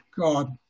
God